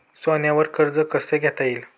सोन्यावर कर्ज कसे घेता येईल?